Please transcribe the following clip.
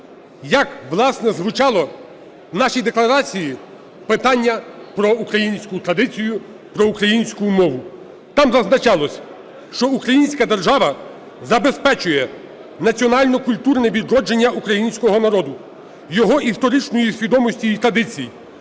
як, власне, звучало в нашій декларації питання про українську традицію, про українську мову. Там зазначалось, що українська держава забезпечує національно-культурне відродження українського народу, його історичної свідомості і традиції,